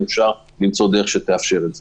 אם אפשר למצוא דרך שתאפשר את זה.